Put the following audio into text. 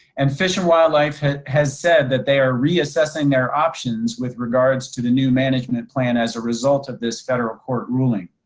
and fish and wildlife has has said that they are reassessing their options with regards to the new management plan as a result of this federal court ruling.